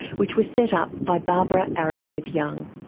which were set up by barbara arrowsmith-young.